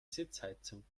sitzheizung